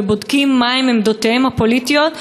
ובודקים מהן עמדותיהם הפוליטיות,